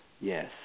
yes